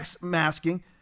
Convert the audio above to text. masking